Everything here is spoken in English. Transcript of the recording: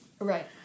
Right